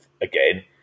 again